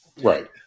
Right